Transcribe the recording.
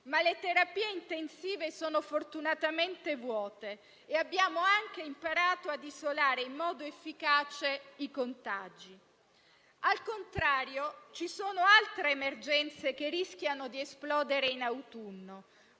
ma le terapie intensive sono fortunatamente vuote e abbiamo anche imparato ad isolare in modo efficace i contagi. Al contrario, ci sono altre emergenze che rischiano di esplodere in autunno,